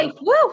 Woo